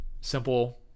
simple